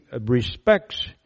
respects